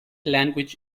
language